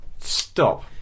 Stop